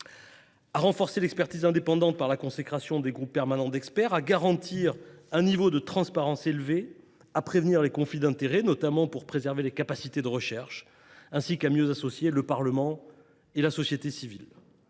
à renforcer l’expertise indépendante en consacrant l’existence des groupes permanents d’experts (GPE), à garantir un niveau de transparence élevé, à prévenir les conflits d’intérêts, notamment pour préserver les capacités de recherche, ainsi qu’à mieux associer le Parlement et la société civile.